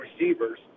receivers